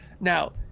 Now